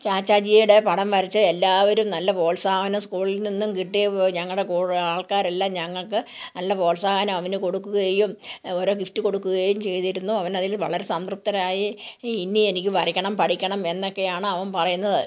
ചാച്ചാജിയുടെ പടം വരച്ച് എല്ലാവരും നല്ല പ്രോത്സാഹനം സ്കൂളിൽ നിന്നും കിട്ടി ഞങ്ങളുടെ കൂടെയുള്ള ആൾക്കാരെല്ലാം ഞങ്ങൾക്ക് നല്ല പ്രോത്സാഹനം അവന് കൊടുക്കുകയും ഓരോ ഗിഫ്റ്റ് കൊടുക്കുകയും ചെയ്തിരുന്നു അവൻ അതിൽ വളരെ സംതൃപ്തരായി ഇനി എനിക്ക് വരക്കണം പഠിക്കണം എന്നൊക്കെയാണ് അവൻ പറയുന്നത്